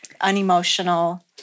unemotional